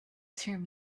term